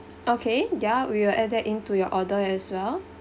okay ya we will add that into your order as well